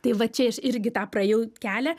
tai va čia aš irgi tą praėjau kelią